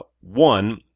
One